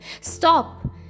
Stop